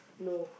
no